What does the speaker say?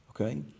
okay